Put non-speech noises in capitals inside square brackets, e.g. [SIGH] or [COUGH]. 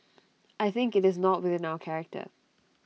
[NOISE] I think IT is not within our character